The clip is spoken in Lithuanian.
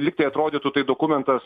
lyg tai atrodytų tai dokumentas